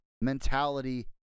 mentality